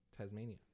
Tasmania